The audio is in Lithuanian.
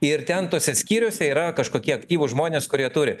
ir ten tuose skyriuose yra kažkokie aktyvūs žmonės kurie turi